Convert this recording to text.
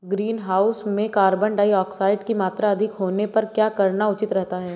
Greenhouse में carbon dioxide की मात्रा अधिक होने पर क्या करना उचित रहता है?